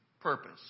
purpose